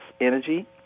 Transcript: energy